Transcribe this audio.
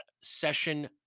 session